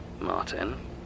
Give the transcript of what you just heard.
Martin